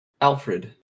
Alfred